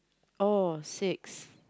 oh six